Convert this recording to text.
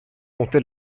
compter